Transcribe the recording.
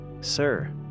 Sir